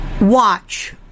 watch